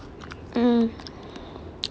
mm